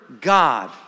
God